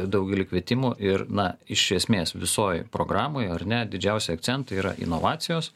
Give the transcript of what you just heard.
daugely kvietimų ir na iš esmės visoj programoj ar ne didžiausi akcentai yra inovacijos